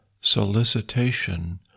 solicitation